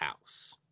house